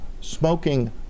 smoking